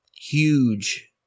huge